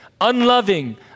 unloving